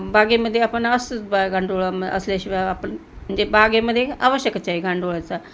बागेमध्ये आपण असच बा गांडूळ असल्याशिवाय आपण म्हणजे बागेमध्ये आवश्यकच आहे गांडूळाचा